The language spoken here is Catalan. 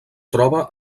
troba